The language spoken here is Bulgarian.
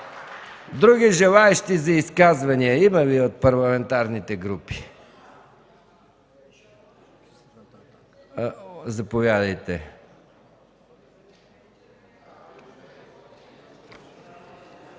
Други желаещи за изказвания има ли от парламентарните групи? ГЕРБ има